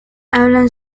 hablan